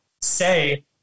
say